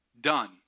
done